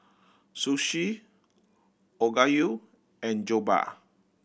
Sushi Okayu and Jokbal